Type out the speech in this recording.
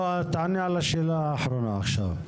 לא, תענה על השאלה האחרונה עכשיו.